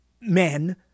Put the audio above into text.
men